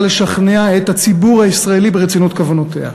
לשכנע את הציבור הישראלי ברצינות כוונותיה.